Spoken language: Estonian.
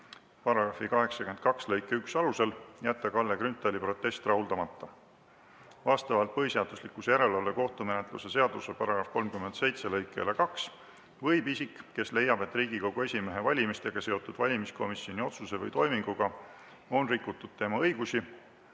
RKKTS § 82 lõike 1 alusel jätta Kalle Grünthali protest rahuldamata. Vastavalt põhiseaduslikkuse järelevalve kohtumenetluse seaduse § 37 lõikele 2 võib isik, kes leiab, et Riigikogu esimehe valimistega seotud valimiskomisjoni otsuse või toiminguga on rikutud tema õigusi,